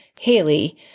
Haley